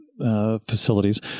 facilities